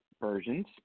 versions